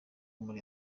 muri